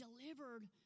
delivered